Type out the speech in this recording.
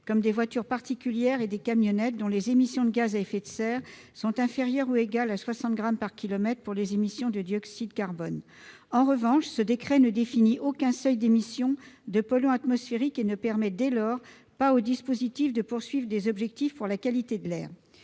comme des voitures particulières et des camionnettes, dont les émissions de gaz à effet de serre sont inférieures ou égales à 60 grammes par kilomètre pour les émissions de dioxyde de carbone. En revanche, ce décret ne définit aucun seuil d'émission de polluants atmosphériques et ne permet pas au dispositif de viser des objectifs en termes de qualité de l'air.